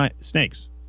snakes